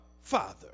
Father